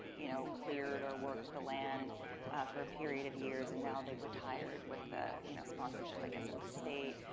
you know, cleared or worked the land for a period of years. and now they've retired with the you know sponsorship, i guess, of the state.